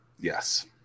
yes